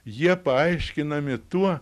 jie paaiškinami tuo